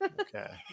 Okay